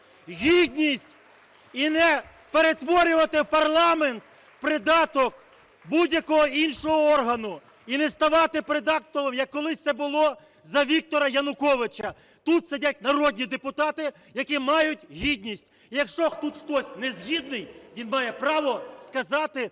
Гідність! І не перетворювати парламент в придаток будь-якого іншого органу і не ставати придатком, як колись це було за Віктора Януковича! Тут сидять народні депутати, які мають гідність! І якщо тут хтось не згідний, він має право сказати,